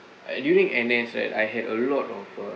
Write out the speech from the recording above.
during N_S right I had a lot of a